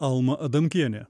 alma adamkienė